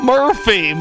Murphy